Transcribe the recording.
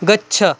गच्छ